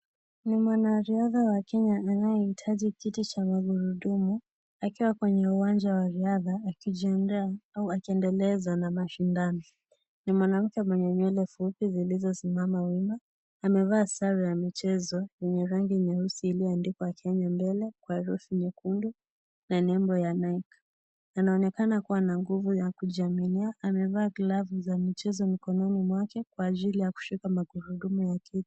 Ni mwanariadha wa Kenya anayehitaji kiti cha magurudumu akiwa kwenye uwanja wa riadha akijiendea au akiendeleza na mashindano. Ni mwanamke mwenye nywele fupi zilizosimama wima. Amevaa sare ya michezo yenye rangi nyeusi iliyoandikwa "Kenya" mbele kwa rutu nyekundu na nembo ya Nike. Anaonekana kuwa na nguvu ya kujiaminia. Amevaa glavu za michezo mikononi mwake kwa ajili ya kushika magurudumu.